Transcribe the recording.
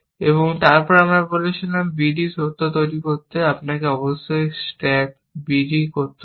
এবং তারপর আমরা বলেছিলাম bd সত্য তৈরি করতে আপনাকে অবশ্যই স্ট্যাক b d করতে হবে